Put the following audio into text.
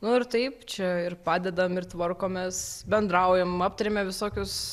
nu ir taip čia ir padedam ir tvarkomės bendraujam aptariame visokius